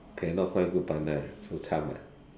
cannot find good partner so cham ah